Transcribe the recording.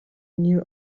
new